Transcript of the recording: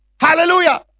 hallelujah